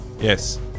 Yes